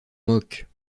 moque